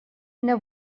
una